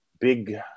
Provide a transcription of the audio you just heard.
big